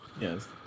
Yes